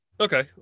okay